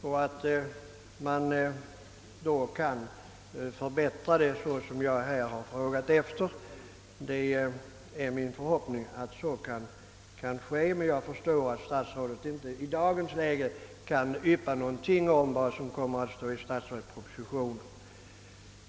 Jag hoppas att så blir fallet och att det kommer att innebära att ökade resurser ställs till förfogande för detta ändamål. Men jag förstår att statsrådet i dagens läge inte kan yppa någonting om innehållet i statsverkspropositionen.